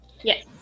Yes